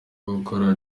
gukora